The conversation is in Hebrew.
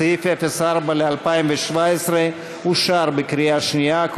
סעיף 04 ל-2017 אושר בקריאה שנייה,